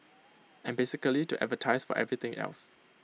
and basically to advertise for everything else